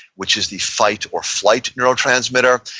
which is the fight or flight neurotransmitter.